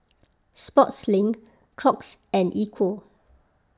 Sportslink Crocs and Equal